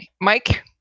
Mike